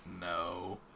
No